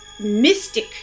mystic